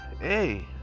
hey